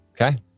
Okay